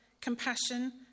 compassion